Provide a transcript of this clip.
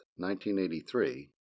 1983